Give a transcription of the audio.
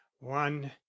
one